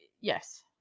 yes